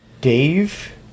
Dave